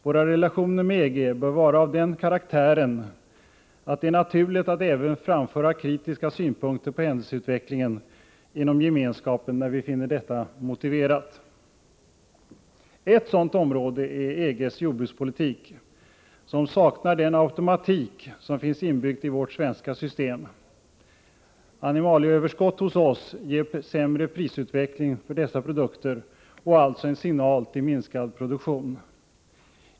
Våra relationer med EG bör vara av den karaktären att det är naturligt att även framföra kritiska synpunkter på händelsutvecklingen inom Gemenskapen när vi finner detta motiverat. Ett sådant område är EG:s jordbrukspolitik, som saknar den automatik som finns inbyggd i vårt svenska system. Animalieöverskott hos oss ger sämre prisutveckling för dessa produkter, och det är alltså en signal till minskad produktion.